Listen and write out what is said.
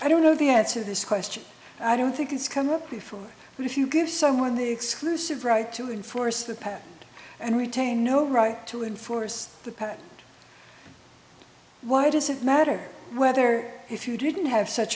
i don't know the answer this question i don't think it's come up before but if you give someone the exclusive right to enforce the patent and retain no right to enforce the patent why does it matter whether if you didn't have such